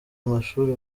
amashuri